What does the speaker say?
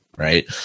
Right